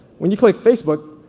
when you click facebook,